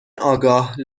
آگاه